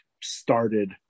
started